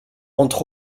entre